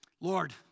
Lord